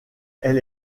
elle